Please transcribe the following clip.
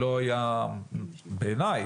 בעיני,